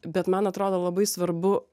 bet man atrodo labai svarbu